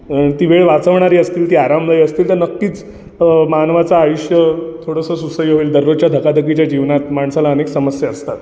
ती वेळ वाचवणारी असतील ती आरामदायी असतील तर नक्कीच मानवाचं आयुष्य थोडंसं सुसह्य होईल दररोजच्या धकाधकीच्या जीवनात माणसाला अनेक समस्या असतात त्यात परत